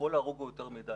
כל הרוג הוא יותר מדי,